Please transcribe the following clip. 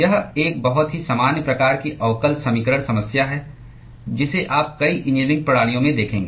यह एक बहुत ही सामान्य प्रकार की अवकल समीकरण समस्या है जिसे आप कई इंजीनियरिंग प्रणालियों में देखेंगे